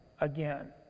again